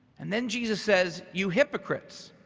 and then jesus says, you hypocrites,